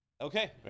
Okay